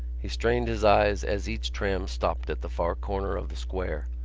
he strained his eyes as each tram stopped at the far corner of the square.